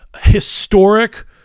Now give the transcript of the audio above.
historic